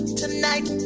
tonight